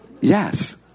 Yes